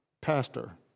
pastor